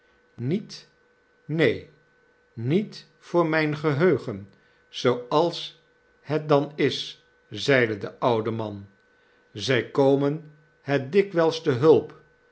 niet neen niet voor mijn geheugen zooals het dan is zeide de oude man zij komen het dikwijls te hulp